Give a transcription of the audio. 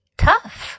tough